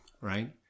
right